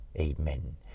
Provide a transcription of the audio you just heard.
Amen